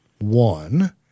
one